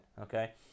okay